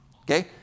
Okay